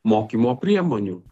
mokymo priemonių